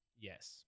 Yes